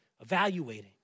evaluating